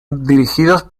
dirigidos